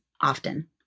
often